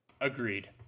Agreed